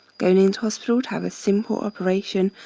going into hospital to have a simple operation,